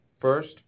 First